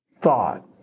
thought